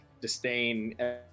disdain